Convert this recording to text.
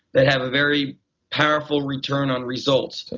that have a very powerful return on results.